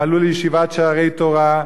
הם עלו לישיבת "שערי תורה",